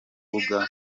mbuga